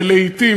ולעתים,